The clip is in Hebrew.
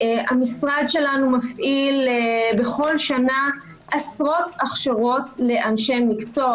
המשרד שלנו מפעיל בכל שנה עשרות הכשרות לאנשי מקצוע,